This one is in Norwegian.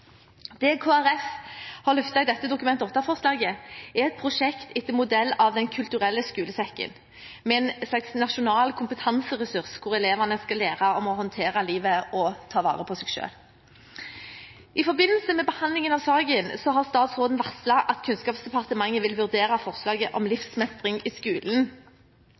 Det Kristelig Folkeparti har løftet i dette Dokument 8-forslaget, er et prosjekt etter modell av Den kulturelle skolesekken, med en slags nasjonal kompetanseressurs hvor elevene skal lære om å håndtere livet og ta vare på seg selv. I forbindelse med behandlingen av saken har statsråden varslet at Kunnskapsdepartementet vil vurdere forslaget om livsmestring i skolen